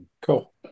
cool